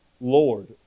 Lord